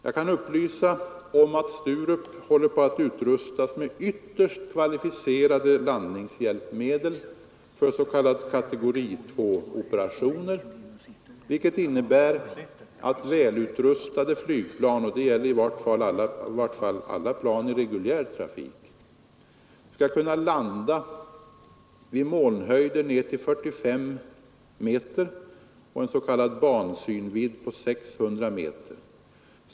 Jag kan upplysa om att Sturup håller på att utrustas med ytterst kvalificerade landningshjälpmedel för s.k. kategori 2-operationer, vilket innebär att välutrustade flygplan — det gäller i varje fall alla plan i reguljär trafik — skall kunna landa vid molnhöjder ner till 45 meter och en s.k. bansynvidd på 600 meter.